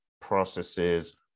processes